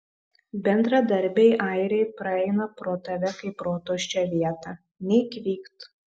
bendradarbiai airiai praeina pro tave kaip pro tuščią vietą nei kvykt